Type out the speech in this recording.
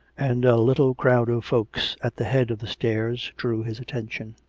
and a little crowd of folks at the head of the stairs drew his attention.